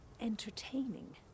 entertaining